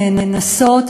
נאנסות,